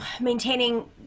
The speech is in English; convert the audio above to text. maintaining